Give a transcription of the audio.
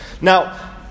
Now